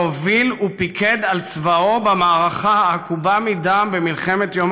שהוביל ופיקד על צבאו במערכה העקובה מדם במלחמת יום